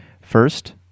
first